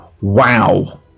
wow